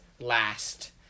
last